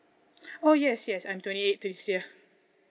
oh yes yes I'm twenty eight this year